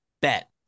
bet